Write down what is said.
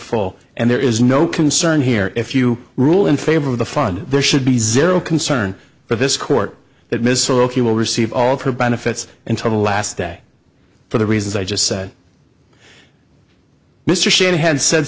full and there is no concern here if you rule in favor of the fund there should be zero concern but this court that mr o'keefe will receive all of her benefits until the last day for the reasons i just said mr shanahan said